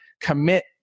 commit